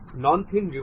ভাল এবং ভাল